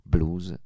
Blues